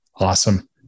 Awesome